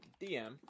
DM